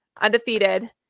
undefeated